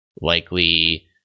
likely